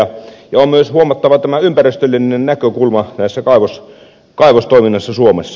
on myös huomattava tämä ympäristöllinen näkökulma kaivostoiminnassa suomessa